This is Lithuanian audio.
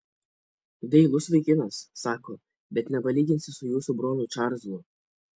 dailus vaikinas sako bet nepalyginsi su jūsų broliu čarlzu